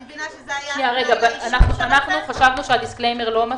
אנחנו חשבנו שהדיסקליימר לא מספיק,